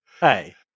hey